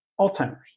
Alzheimer's